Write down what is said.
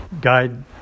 guide